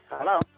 Hello